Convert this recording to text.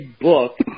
book